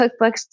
cookbooks